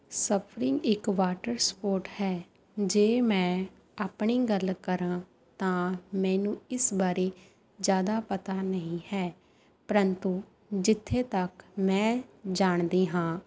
surfing ਇੱਕ water sport ਹੈ ਜੇ ਮੈਂ ਆਪਣੀ ਗੱਲ ਕਰਾਂ ਤਾਂ ਮੈਨੂੰ ਇਸ ਬਾਰੇ ਜ਼ਿਆਦਾ ਪਤਾ ਨਹੀਂ ਹੈ ਪ੍ਰੰਤੂ ਜਿੱਥੇ ਤੱਕ ਮੈਂ ਜਾਣਦੀ ਹਾਂ